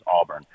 Auburn